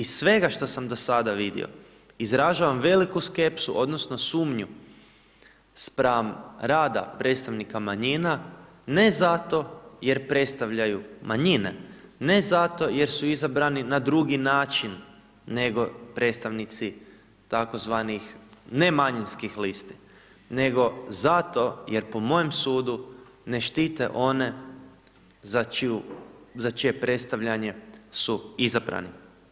Iz svega što sam do sada vidio, izražavam veliku skepsu odnosno sumnju spram rada predstavnika manjina, ne zato jer predstavljaju manjine, ne zato jer su izabrani na drugi način, nego predstavnici tzv. ne manjinskih listi, nego zato jer po mojem sudu ne štite one za čije predstavljanje su izabrani.